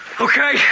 okay